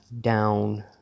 down